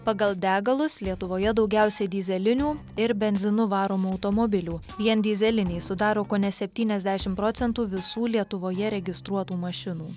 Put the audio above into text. pagal degalus lietuvoje daugiausiai dyzelinių ir benzinu varomų automobilių vien dyzeliniai sudaro kone septyniasdešim procentų visų lietuvoje registruotų mašinų